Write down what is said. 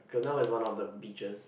Glenelg is one of the beaches